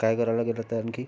काय कराव लागेल आता आणखी